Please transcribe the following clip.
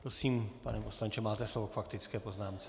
Prosím, pane poslanče, máte slovo k faktické poznámce.